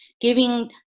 giving